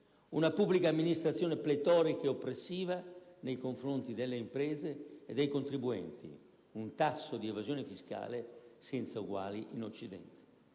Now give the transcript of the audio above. una pubblica amministrazione pletorica e oppressiva nei confronti delle imprese e dei contribuenti; un tasso di evasione fiscale senza uguali in Occidente.